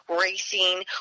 racing